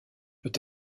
peut